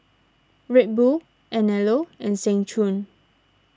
Red Bull Anello and Seng Choon